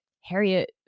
Harriet